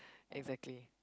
exactly